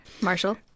marshall